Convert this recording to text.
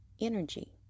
energy